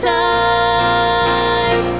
time